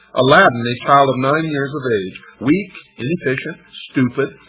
aladdin, a child of nine years of age. weak, inefficient, stupid,